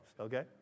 okay